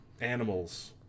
animals